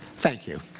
thank you.